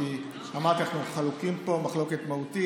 כי אמרתי לך שאנחנו חלוקים פה מחלוקת מהותית.